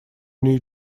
new